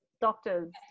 doctors